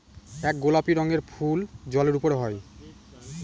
এক গোলাপি রঙের ফুল জলের উপরে হয়